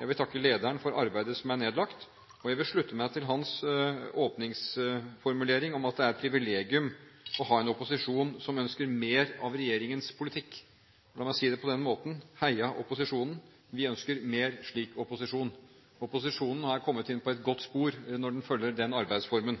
Jeg vil takke lederen for arbeidet som er nedlagt, og jeg vil slutte meg til saksordførerens åpningsformulering om at det er et privilegium å ha en opposisjon som ønsker mer av regjeringens politikk. La meg si det på denne måten: Heia opposisjonen! Vi ønsker mer slik opposisjon. Opposisjonen har kommet inn på et godt spor når den følger den arbeidsformen.